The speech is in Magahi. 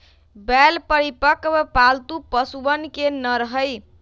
बैल परिपक्व, पालतू पशुअन के नर हई